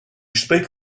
speak